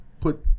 put